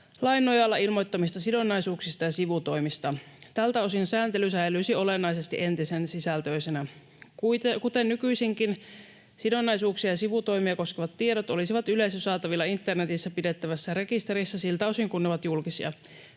lain nojalla ilmoittamista sidonnaisuuksista ja sivutoimista. Tältä osin sääntely säilyisi olennaisesti entisen sisältöisenä. Kuten nykyisinkin, sidonnaisuuksia ja sivutoimia koskevat tiedot olisivat yleisön saatavilla internetissä pidettävässä rekisterissä siltä osin kuin ne ovat julkisia.